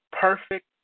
perfect